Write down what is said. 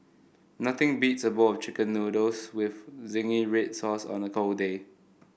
nothing beats a bowl of chicken noodles with zingy red sauce on a cold day